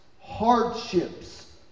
hardships